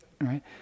right